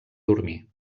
dormir